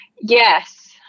Yes